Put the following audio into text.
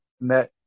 met